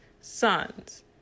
sons